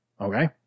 Okay